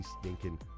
stinking